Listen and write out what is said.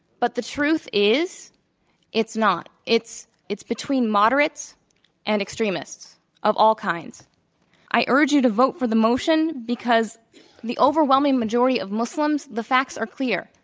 but the truth is it's not. it's it's between moderates and extremists of all kinds. and i urge you to vote for the motion because the overwhelming majority of muslims, the facts are clear,